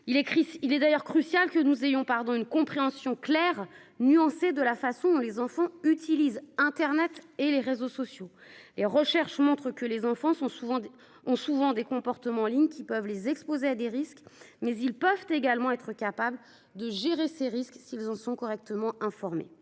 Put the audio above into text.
Il est crucial que nous ayons une compréhension claire et nuancée de la façon dont les enfants utilisent internet et les réseaux sociaux. Les recherches montrent qu'ils ont souvent des comportements en ligne qui peuvent les exposer à des risques, mais qu'ils sont également capables de gérer ces risques s'ils sont correctement informés.